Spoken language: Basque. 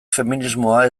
feminismoa